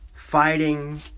Fighting